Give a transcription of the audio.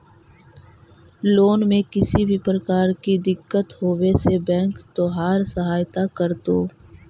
loan में किसी भी प्रकार की दिक्कत होवे से बैंक तोहार सहायता करतो